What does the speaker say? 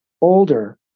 older